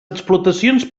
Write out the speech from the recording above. explotacions